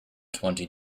twenty